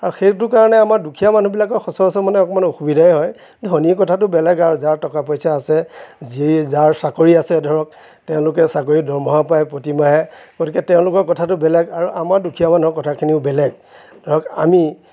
আৰু সেইটো কাৰণে আমাৰ দুখীয়া মানুহবিলাকৰ সচৰাচৰ মানে অকণমান অসুবিধাই হয় ধনীৰ কথাটো বেলেগ আৰু যাৰ টকা পইচা আছে যি যাৰ চাকৰি আছে ধৰক তেওঁলোকে চাকৰিৰ দৰমহা পাই প্ৰতি মাহে গতিকে তেওঁলোকৰ কথাটো বেলেগ আৰু আমাৰ দুখীয়া মানুহৰ কথাখিনিও বেলেগ ধৰক আমি